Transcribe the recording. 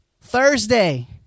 Thursday